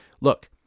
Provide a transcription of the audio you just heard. Look